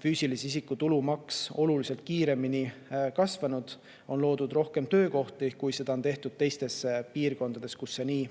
füüsilise isiku tulumaksu [laekumine] oluliselt kiiremini kasvanud ja on loodud rohkem töökohti, kui seda on tehtud teistes piirkondades, kus nii